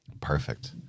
Perfect